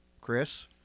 Chris